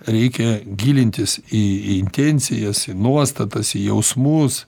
reikia gilintis į intencijas į nuostatas į jausmus